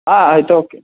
అయితే ఓకే